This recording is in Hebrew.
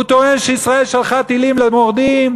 הוא טוען שישראל שלחה טילים למורדים.